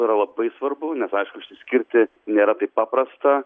tai yra labai svarbu nes aišku išsiskirti nėra taip paprasta